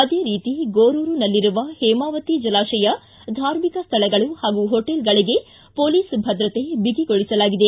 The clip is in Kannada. ಅದೇ ರೀತಿ ಗೋರೂರಿನಲ್ಲಿರುವ ಹೇಮಾವತಿ ಜಲಾಶಯ ಧಾರ್ಮಿಕ ಸ್ಥಳಗಳು ಹಾಗೂ ಹೋಟೆಲ್ಗಳಿಗೆ ಪೊಲೀಸ್ ಭದ್ರತೆ ಬಿಗಿಗೊಳಿಸಲಾಗಿದೆ